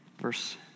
Verse